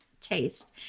taste